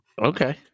Okay